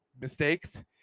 mistakes